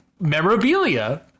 memorabilia